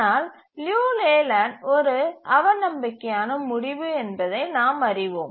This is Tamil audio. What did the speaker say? ஆனால் லியு லேலேண்ட் ஒரு அவநம்பிக்கையான முடிவு என்பதை நாம் அறிவோம்